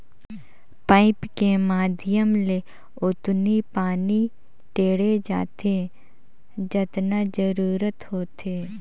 pipe के माधियम ले ओतनी पानी टेंड़े जाथे जतना जरूरत होथे